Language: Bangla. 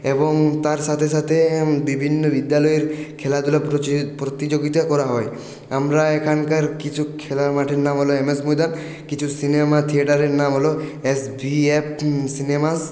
এবং তার সাথে সাথে বিভিন্ন বিদ্যালয়ের খেলাধুলার প্রতিযোগিতা করা হয় আমরা এখানকার কিছু খেলার মাঠের নাম হলো এমএস ময়দান কিছু সিনেমা থিয়েটারের নাম হলো এসভিএফ সিনেমাস